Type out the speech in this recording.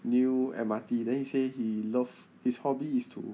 new M_R_T then he say he love his hobby is to